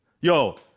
Yo